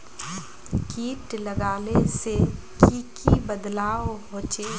किट लगाले से की की बदलाव होचए?